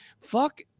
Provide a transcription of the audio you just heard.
fuck